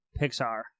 Pixar